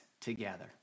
together